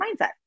mindset